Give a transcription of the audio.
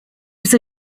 was